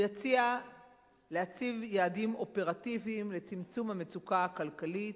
הוא יציע להציב יעדים אופרטיביים לצמצום המצוקה הכלכלית,